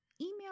email